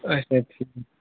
اچھا ٹھیٖکھ